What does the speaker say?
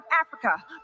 Africa